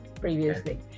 previously